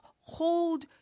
hold